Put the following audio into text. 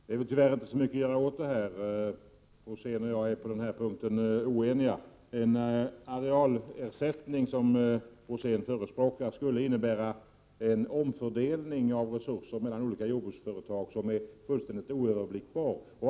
Herr talman! Rosén och jag är på den här punkten oeniga — det är väl tyvärr inte så mycket att göra åt det. En arealersättning, som Rosén förespråkar, skulle innebära en omfördelning av resurser mellan olika jordbruksföretag som är fullständigt oöverblickbar.